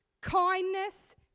kindness